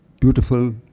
beautiful